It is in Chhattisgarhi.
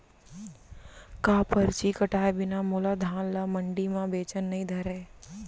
का परची कटाय बिना मोला धान ल मंडी म बेचन नई धरय?